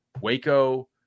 Waco